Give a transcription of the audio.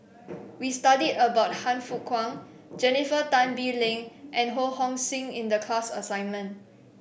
we studied about Han Fook Kwang Jennifer Tan Bee Leng and Ho Hong Sing in the class assignment